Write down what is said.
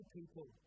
people